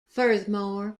furthermore